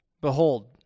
Behold